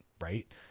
Right